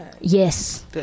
Yes